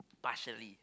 partially